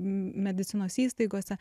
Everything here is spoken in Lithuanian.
medicinos įstaigose